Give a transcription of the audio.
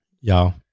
Y'all